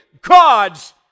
god's